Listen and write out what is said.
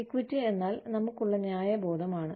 equity എന്നാൽ നമുക്കുള്ള ന്യായബോധം ആണ്